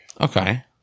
Okay